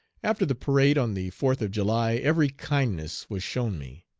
after the parade on the fourth of july, every kindness was shown me.